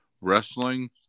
wrestling